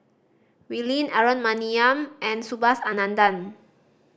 Wee Lin Aaron Maniam and Subhas Anandan